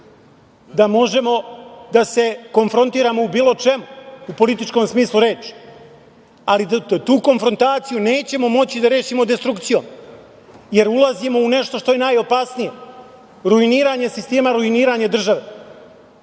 da možemo da se konfrontiramo u bilo čemu u političkom smislu reči, ali da tu konfrontaciju nećemo moći da rešimo destrukcijom, jer ulazimo u nešto što je najopasnije, ruiniranje sistema, ruiniranje države. Ali